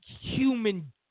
human